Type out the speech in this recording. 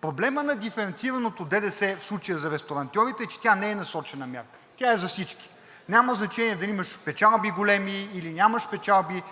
Проблемът на диференцираното ДДС, в случая за ресторантьорите, е, че тя не е насочена мярка, тя е за всички. Няма значение дали имаш печалби големи, или нямаш печалби,